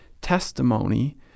testimony